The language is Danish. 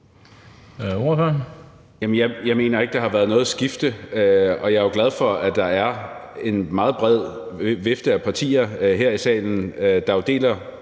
jeg mener ikke, der har været noget skifte, og jeg er jo glad for, at der er en meget bred vifte af partier her i salen, der deler